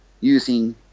using